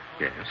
Yes